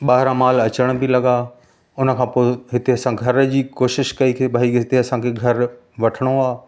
ॿाहिरां माल अचण बि लॻा उन खां पोइ हिते असां घर जी कोशिशि कई की भई हिते असांखे घर वठिणो आहे